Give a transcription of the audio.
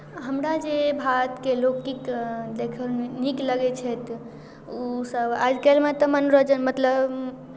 हमरा जे भारतके लोकिक देखयमे नीक लगै छथि ओसभ आइ काल्हिमे तऽ मनोरञ्जन मतलब